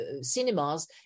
cinemas